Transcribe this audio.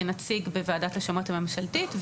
כנציג בוועדת השמות הממשלתית,